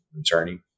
attorney